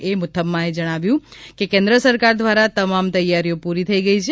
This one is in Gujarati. એ મુથમ્માએ જણાવ્યું કે કેન્દ્ર સરકાર દ્વારા તમામ તૈયારીઓ પૂરી થઈ ગઈ છે